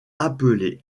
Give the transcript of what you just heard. appelés